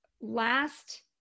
last